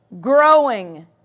Growing